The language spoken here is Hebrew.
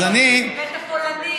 אז אני ואת הפולנית,